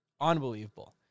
Unbelievable